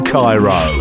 Cairo